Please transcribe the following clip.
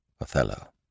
Othello